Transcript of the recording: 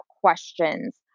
questions